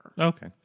Okay